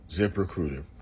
ZipRecruiter